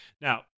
now